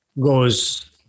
goes